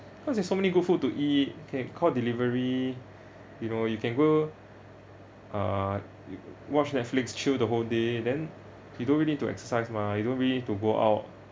cause there's so many good food to eat can call delivery you know you can go uh watch Netflix chill the whole day then you don't really need to exercise mah you don't really need to go out